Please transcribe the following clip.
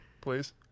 Please